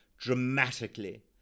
dramatically